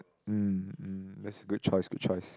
mm that's good choice good choice